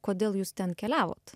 kodėl jūs ten keliavot